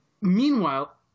Meanwhile